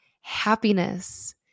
happiness